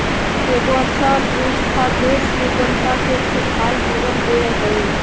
एगो अच्छा अर्थव्यवस्था देश के जनता के खुशहाल जीवन दे हइ